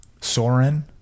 Soren